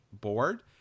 board